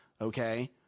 Okay